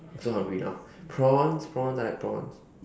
I'm so hungry now prawns prawns I like prawns